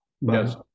Yes